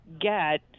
get